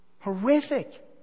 horrific